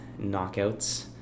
knockouts